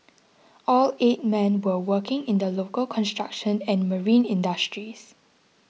all eight men were working in the local construction and marine industries